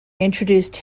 introduced